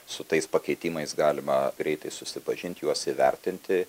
su tais pakeitimais galima greitai susipažinti juos įvertinti